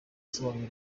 asobanura